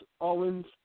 Owens